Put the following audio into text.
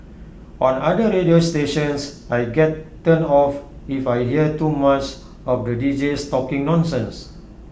on other radio stations I get turned off if I hear too much of the Deejays talking nonsense